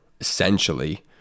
essentially